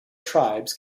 tribes